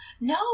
No